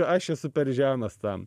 aš esu per žemas tam